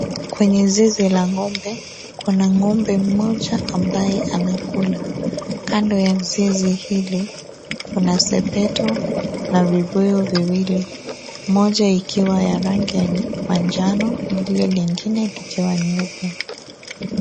Kwenye zizi la ng'ombe kuna ng'ombe moja ambaye anakula. Kando ya zizi hili kuna sepeto na vibuyu viwili,. Moja ikiwa ya rangi ya manjano lile lingine likiwa nyeupe.